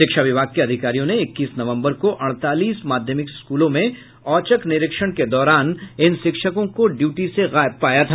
शिक्षा विभाग के अधिकारियों ने इक्कीस नवम्बर को अड़तालीस माध्यमिक स्कूलों में औचक निरीक्षण के दौरान इन शिक्षकों को ड्यूटी से गायब पाया था